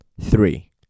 three